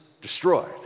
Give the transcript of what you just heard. destroyed